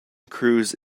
cruise